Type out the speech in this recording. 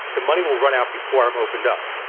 the money will run out before i'm opened up.